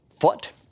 foot